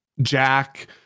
jack